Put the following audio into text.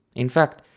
in fact,